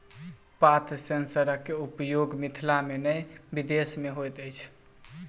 पात सेंसरक उपयोग मिथिला मे नै विदेश मे होइत अछि